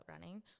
running